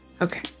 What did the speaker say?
Okay